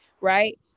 right